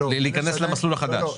להיכנס למסלול החדש --- לא,